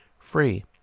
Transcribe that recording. free